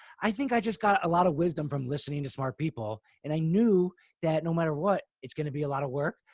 i think i just got a lot of wisdom from listening to smart people. and i knew that no matter what, it's going to be a lot of work.